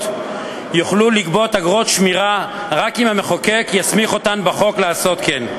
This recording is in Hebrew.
יוכלו לגבות אגרות שמירה רק אם המחוקק יסמיך אותן בחוק לעשות כן.